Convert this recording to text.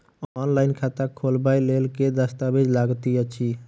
Online खाता खोलबय लेल केँ दस्तावेज लागति अछि?